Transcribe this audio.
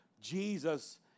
Jesus